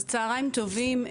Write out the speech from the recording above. צוהריים טובים,